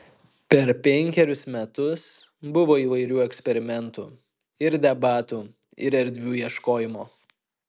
per penkerius metus buvo įvairių eksperimentų ir debatų ir erdvių ieškojimo